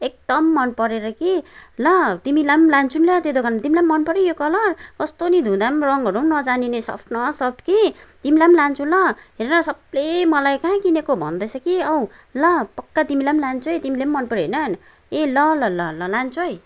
एकदम मन परेर कि ल तिमीलाई पनि लान्छु नि ल त्यो दोकनमा तिमीलाई पनि मन पर्यो यो कलर कस्तो नि धुँदा पनि रङहरू पनि नजाने नि सफ्ट न सफ्ट कि तिमीलाई पनि लान्छु ल हेरन सबैले मलाई कहाँ किनेको भन्दैछ कि औ ल पक्का तिमीलाई पनि लान्छु है तिमीले पनि मन पर्यो होइन ए ल ल लान्छु है